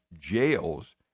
jails